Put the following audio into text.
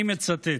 אני מצטט: